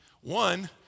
one